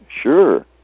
Sure